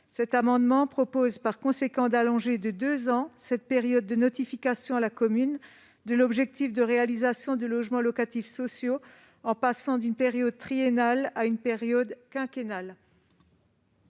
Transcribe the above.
Cet amendement vise ainsi à allonger de deux ans cette période de notification à la commune de l'objectif de réalisation de logements locatifs sociaux en passant d'une période triennale à une période quinquennale.